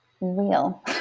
real